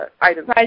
items